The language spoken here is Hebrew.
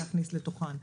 להכניס לתוכם.